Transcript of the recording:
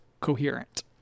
coherent